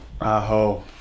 Aho